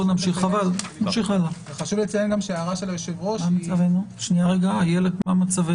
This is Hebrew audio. חשוב לציין שההערה של היושב-ראש לגבי משך הכהונה